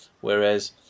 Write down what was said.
Whereas